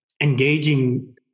engaging